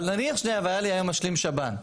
אבל נניח שהיה לי היום משלים שב"ן,